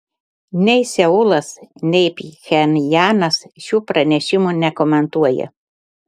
nei seulas nei pchenjanas šių pranešimų nekomentuoja